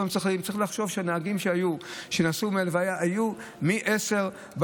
צריך לחשוב על זה שהנהגים שנסעו מההלוויה יצאו ב-10:00,